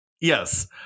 Yes